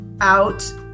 out